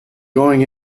going